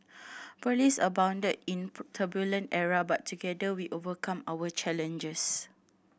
police abounded in turbulent era but together we overcome our challenges